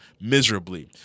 miserably